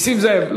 נסים זאב?